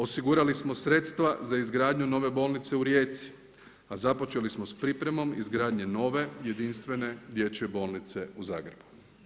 Osigurali smo sredstva za izgradnju nove bolnice u Rijeci a započeli smo sa pripremom izgradnje nove, jedinstvene dječje bolnice u Zagrebu.